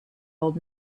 old